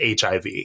HIV